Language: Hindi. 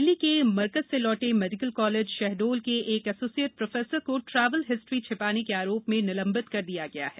दिल्ली के मरकज से लौटे मेडिकल कॉलेज शहडोल के एक एसोसिएट प्रोफेसर को ट्रेवल हिस्ट्री छिपाने के आरोप में निलबिंत कर दिया गया है